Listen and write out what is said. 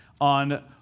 on